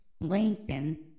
Lincoln